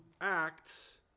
acts